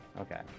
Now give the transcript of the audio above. Okay